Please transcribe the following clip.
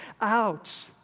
out